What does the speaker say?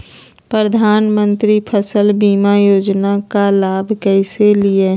प्रधानमंत्री फसल बीमा योजना का लाभ कैसे लिये?